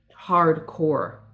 hardcore